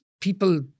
people